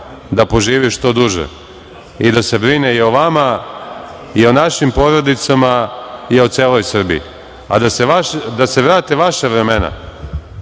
da poživi što duže i da se brine i o vama i o našim porodicama i o celoj Srbiji.A da se vrate vaša vremena